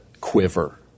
quiver